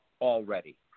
already